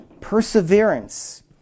perseverance